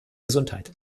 gesundheit